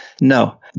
No